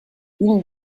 une